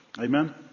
Amen